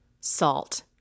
Salt